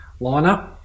lineup